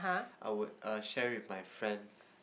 I would err share it with my friends